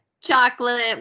chocolate